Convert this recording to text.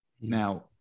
Now